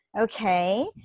okay